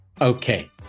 Okay